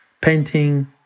painting